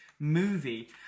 Movie